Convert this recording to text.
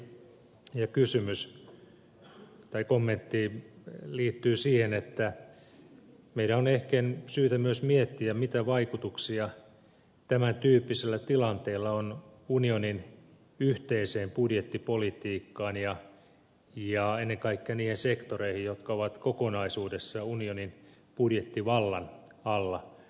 neljäs kommentti liittyy siihen että meidän on ehkä syytä myös miettiä mitä vaikutuksia tämän tyyppisellä tilanteella on unionin yhteiseen budjettipolitiikkaan ja ennen kaikkea niihin sektoreihin jotka ovat kokonaisuudessaan unionin budjettivallan alla